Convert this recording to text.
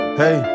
hey